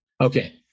Okay